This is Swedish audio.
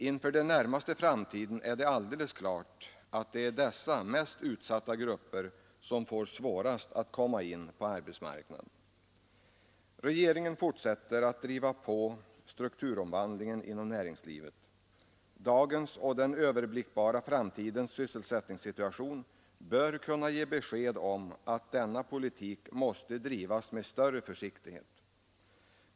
Inför den närmaste framtiden är det alldeles klart att det är dessa mest utsatta grupper som får svårast att komma in på arbetsmarknaden. Regeringen fortsätter att driva på strukturomvandlingen inom näringslivet. Dagens och den överblickbara framtidens sysselsättningssituation bör kunna ge besked om att denna politik måste drivas med större försiktighet.